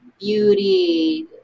beauty